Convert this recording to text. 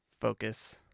focus